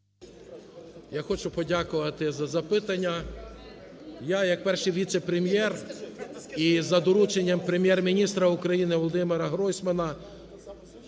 Я хочу подякувати за запитання. Я як Перший віце-прем'єр і за дорученням Прем'єр-міністра України ВолодимираГройсмана